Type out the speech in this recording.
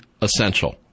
essential